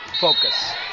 focus